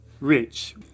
rich